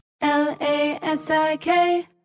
L-A-S-I-K